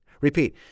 Repeat